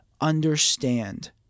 understand